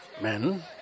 Men